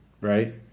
right